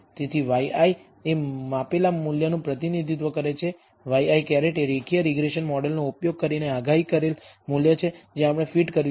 તેથી yi એ માપેલા મૂલ્યનું પ્રતિનિધિત્વ કરે છે ŷi એ રેખીય રીગ્રેસન મોડેલનો ઉપયોગ કરીને આગાહી કરેલ મૂલ્ય છે જે આપણે ફીટ કર્યું છે